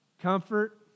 Comfort